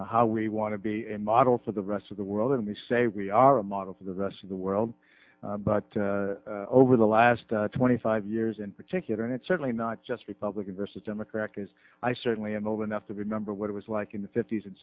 about how we want to be a model for the rest of the world and we say we are a model for the rest of the world but over the last twenty five years in particular and it's certainly not just republican versus democrat because i certainly am old enough to remember what it was like in the fifty's and